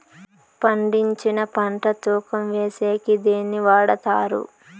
పండించిన పంట తూకం వేసేకి దేన్ని వాడతారు?